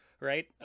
right